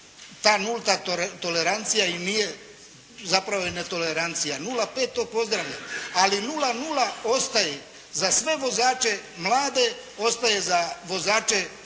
ta nulta tolerancija i nije zapravo netolerancija. 0,5 to pozdravljam, ali 0,0 ostaje za sve vozače mlade, ostaje za vozače